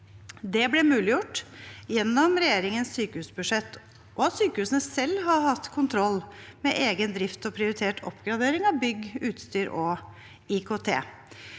Det ble muliggjort gjennom regjeringens sykehusbudsjett og av at sykehusene selv har hatt kontroll med egen drift og prioritert oppgradering av bygg, utstyr og IKT.